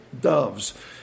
doves